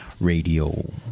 Radio